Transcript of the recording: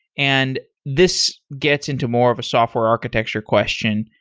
and this gets into more of a software architecture question.